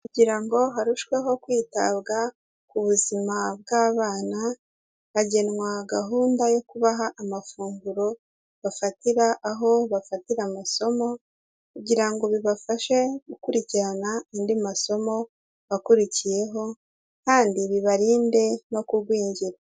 Kugira ngo harushweho kwitabwa ku buzima bw'abana, hagenwa gahunda yo kubaha amafunguro bafatira aho bafatira amasomo kugira ngo bibafashe gukurikirana andi masomo akurikiyeho kandi bibarinde no kugwingira.